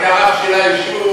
את הרב של היישוב,